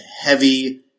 heavy